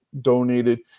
donated